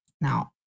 now